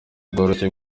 bworoshye